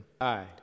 aye